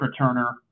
returner